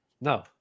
No